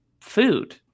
food